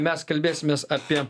mes kalbėsimės apie